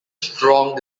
strong